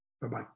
Bye-bye